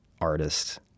artist